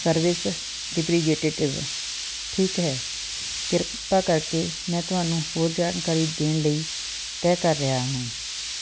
service representative ਠੀਕ ਹੈ ਕਿਰਪਾ ਕਰਕੇ ਮੈਂ ਤੁਹਾਨੂੰ ਹੋਰ ਜਾਣਕਾਰੀ ਦੇਣ ਲਈ ਤੈਅ ਕਰ ਰਿਹਾ ਹਾਂ